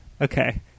Okay